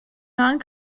non